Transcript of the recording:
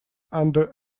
under